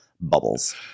bubbles